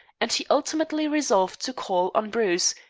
and he ultimately resolved to call on bruce,